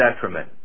detriment